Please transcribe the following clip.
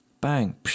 Bang